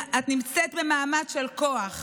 בממשלה כל החלטה שלכם